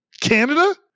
Canada